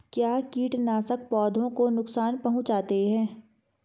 क्या कीटनाशक पौधों को नुकसान पहुँचाते हैं?